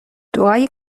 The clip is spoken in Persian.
دعای